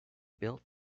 built